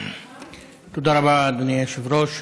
תודה רבה, אדוני היושב-ראש.